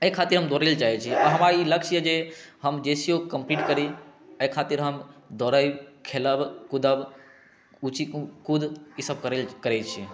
एहि खातिर हम दौड़य लए चाहै छी हमरा ई लक्ष्य जे एहि जे हम जे सी ओ कंप्लीट करी एहि खातिर हम दौड़य खेलय कूदब ऊँची कूद इसब करय लऽ करय छी